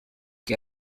que